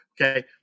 okay